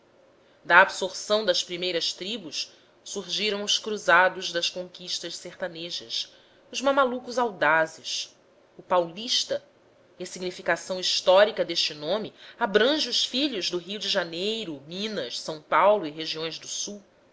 da absorção das primeiras tribos surgiram os cruzados das conquistas sertanejas os mamalucos audazes o paulista e a significação histórica deste nome abrange os filhos do rio de janeiro minas s paulo e regiões do sul